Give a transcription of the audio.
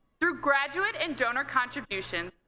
through graduate and donor contributions,